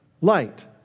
light